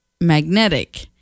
Magnetic